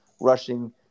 rushing